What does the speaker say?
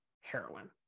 heroin